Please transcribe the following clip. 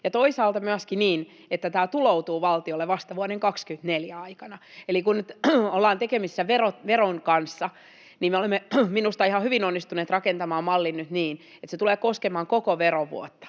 toisaalta on myöskin niin, että tämä tuloutuu valtiolle vasta vuoden 24 aikana. Eli kun ollaan tekemisissä veron kanssa, niin me olemme minusta ihan hyvin onnistuneet rakentamaan mallin nyt niin, että se tulee koskemaan koko verovuotta